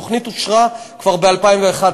התוכנית אושרה כבר ב-2011,